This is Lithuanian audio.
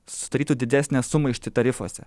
sudarytų didesnę sumaištį tarifuose